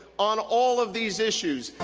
on all of these issues,